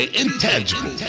Intangible